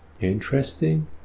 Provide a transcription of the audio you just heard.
interesting